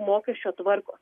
mokesčio tvarkos